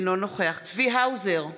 אינו נוכח צבי האוזר,